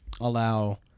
allow